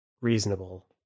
Reasonable